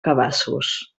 cabassos